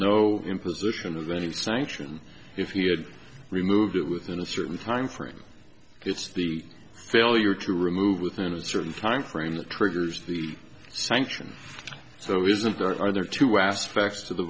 no imposition of any sanction if he had removed it within a certain time frame it's the failure to remove within a certain time frame that triggers the sanction so isn't there are there are two aspects to the